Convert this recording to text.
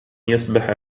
يسبح